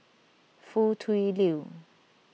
Foo Tui Liew